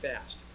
fast